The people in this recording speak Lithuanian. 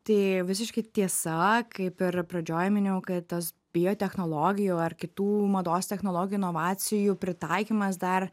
tai visiškai tiesa kaip ir pradžioj minėjau kad tas biotechnologijų ar kitų mados technologijų inovacijų pritaikymas dar